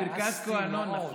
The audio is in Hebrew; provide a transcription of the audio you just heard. ברכת הכוהנים.